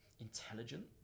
intelligent